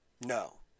no